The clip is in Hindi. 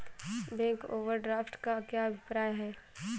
बैंक ओवरड्राफ्ट का क्या अभिप्राय है?